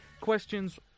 questions